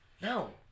No